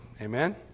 Amen